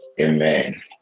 Amen